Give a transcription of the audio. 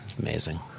amazing